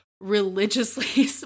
religiously